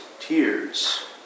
tears